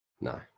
No